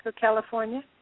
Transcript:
California